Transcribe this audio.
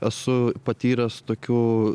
esu patyręs tokių